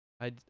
I-